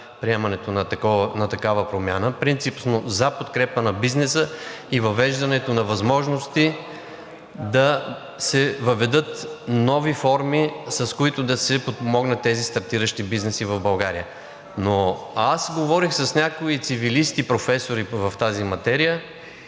приемането на такава промяна, принципно за подкрепа на бизнеса и въвеждането на възможности – да се въведат нови форми, с които да се подпомогнат тези стартиращи бизнеси в България. Но аз говорих с някои цивилисти – професори в тази материя,